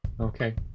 Okay